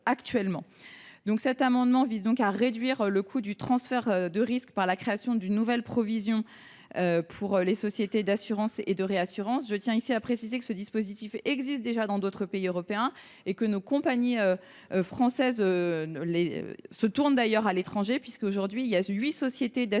présent amendement vise à réduire le coût du transfert de risque par la création d’une nouvelle provision pour les sociétés d’assurance et de réassurance. Je tiens à préciser que ce dispositif existe déjà dans d’autres pays européens. Nos compagnies françaises se tournent d’ailleurs vers l’étranger, puisque, aujourd’hui, 8 sociétés d’assurance